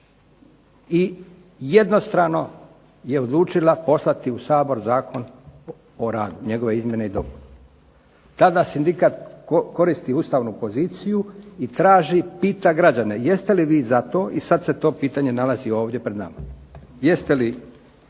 i jednostrano je odlučila poslati u Sabor Zakon o radu, njegove izmjene i dopune. Tada sindikat koristi ustavnu poziciju i traži, pita građane jeste li vi za to i sad se to pitanje nalazi ovdje pred nama: jeste li